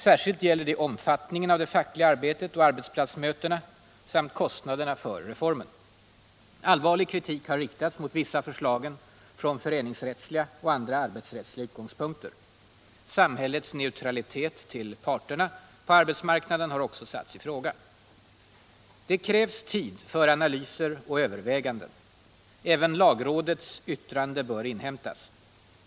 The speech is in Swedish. Särskilt gäller det omfattningen av det fackliga arbetet och arbetsplatsmötena samt kostnaderna för reformen. Allvarlig kritik har riktats mot vissa av förslagen från föreningsrättsliga och andra arbetsrättsliga utgångspunkter. Samhällets neutralitet till parterna på arbetsmarknaden har också satts i fråga. Det krävs tid för analyser och överväganden. Även lagrådets yttrande bör inhämtas.